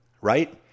Right